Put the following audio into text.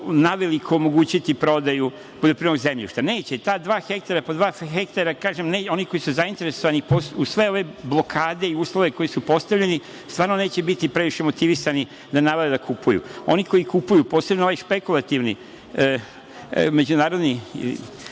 naveliko omogućiti prodaju poljoprivrednog zemljišta. Neće, ta 2 ha, po 2 ha, kažem, oni koji su zainteresovani uz sve ove blokade i uslove koji su postavljeni stvarno neće biti previše motivisani da navale i da kupuju. Oni koji kupuju, posebno ovi špekulativni, međunarodni